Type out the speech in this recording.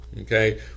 Okay